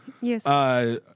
Yes